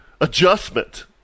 adjustment